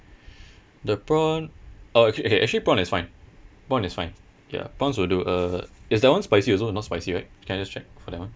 the prawn oh okay okay actually prawn is fine prawn is fine ya prawns will do uh is that one spicy also not spicy right can I just check for that one